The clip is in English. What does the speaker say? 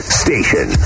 station